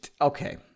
okay